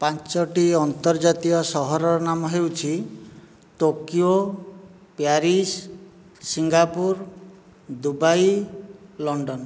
ପାଞ୍ଚୋଟି ଆନ୍ତର୍ଜାତୀୟ ସହରର ନାମ ହେଉଛି Tokyo Paris Singapore Dubai London